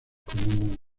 como